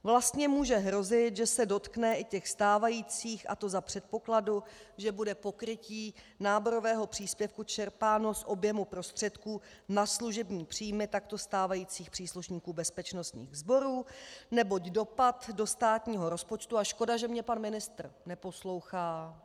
Vlastně může hrozit, že se dotkne i těch stávajících, a to za předpokladu, že bude pokrytí náborového příspěvku čerpáno z objemu prostředků na služební příjmy takto stávajících příslušníků bezpečnostních sborů, neboť dopad do státního rozpočtu a škoda, že mě pan ministr neposlouchá...